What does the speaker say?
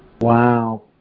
wow